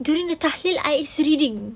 during the tahlil I is reading